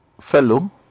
fellow